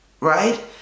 right